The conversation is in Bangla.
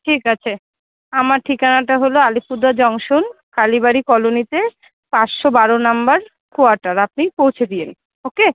ঠিক আছে আমার ঠিকানাটা হলো আলিপুরদুয়ার জংশন কালীবাড়ি কলোনিতে পাঁচশো বারো নাম্বার কোয়ার্টার আপনি পৌঁছে দিন ওকে